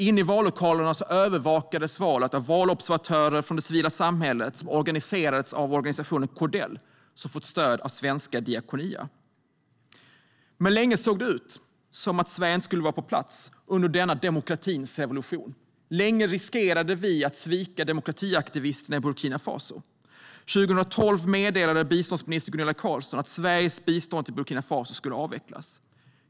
Inne i vallokalerna övervakades valet bland annat av civilsamhällets valobservatörer som organiserats av organisationen Codel, som fått stöd av svenska Diakonia. Länge såg det ut som om Sverige inte skulle vara på plats under denna demokratins revolution. Länge riskerade vi att svika demokratiaktivisterna i Burkina Faso. År 2012 meddelade dåvarande biståndsminister Gunilla Carlsson att Sveriges bistånd till Burkina Faso skulle avvecklas.